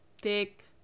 take